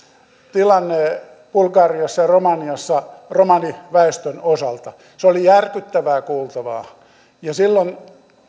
tilanne bulgariassa ja romaniassa romaniväestön osalta se oli järkyttävää kuultavaa ja silloin